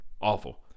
Awful